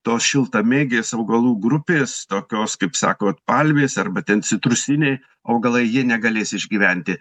tos šiltamėgės augalų grupės tokios kaip sakot palmės arba ten citrusiniai augalai jie negalės išgyventi